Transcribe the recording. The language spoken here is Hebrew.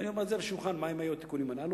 ואני אומר את זה על השולחן מה היו התיקונים הללו,